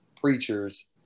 preachers